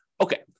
Okay